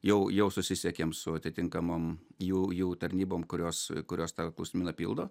jau jau susisiekėm su atitinkamom jų jų tarnybom kurios kurios tą klausimyną pildo